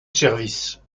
service